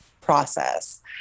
process